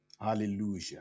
Hallelujah